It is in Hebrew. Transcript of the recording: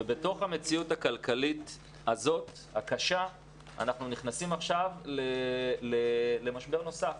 בתוך המציאות הכלכלית הקשה הזאת אנחנו נכנסים עכשיו למשבר נוסף,